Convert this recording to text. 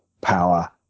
power